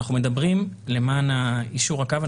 למען יישור הקו,